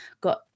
got